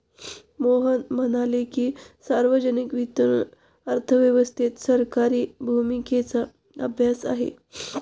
मोहन म्हणाले की, सार्वजनिक वित्त अर्थव्यवस्थेत सरकारी भूमिकेचा अभ्यास आहे